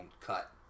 cut